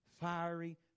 fiery